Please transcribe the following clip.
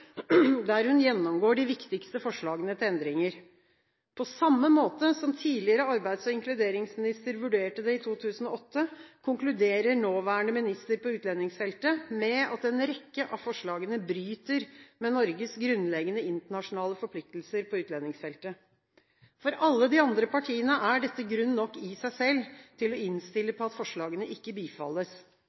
der hun gjennomgår de viktigste forslagene til endringer. På samme måte som tidligere arbeids- og inkluderingsminister vurderte det i 2008, konkluderer nåværende minister på utlendingsfeltet med at en rekke av forslagene bryter med Norges grunnleggende internasjonale forpliktelser på utlendingsfeltet. For alle de andre partiene er dette grunn nok i seg selv til å innstille på at forslagene ikke bifalles.